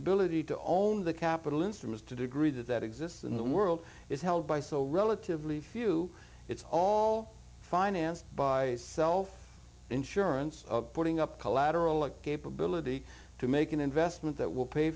ability to own the capital instruments to degree that that exists in the world is held by so relatively few it's all financed by self insurance putting up collateral a capability to make an investment that will pay